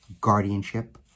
guardianship